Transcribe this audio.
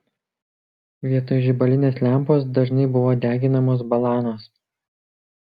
vietoj žibalinės lempos dažnai buvo deginamos balanos